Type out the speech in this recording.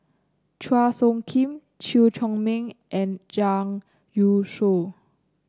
Chua Soo Khim Chew Chor Meng and Zhang Youshuo